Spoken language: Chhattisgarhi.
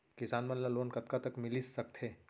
किसान मन ला लोन कतका तक मिलिस सकथे?